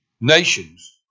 nations